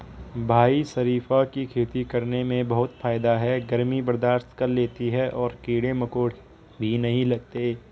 भाई शरीफा की खेती करने में बहुत फायदा है गर्मी बर्दाश्त कर लेती है और कीड़े मकोड़े भी नहीं लगते